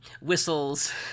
whistles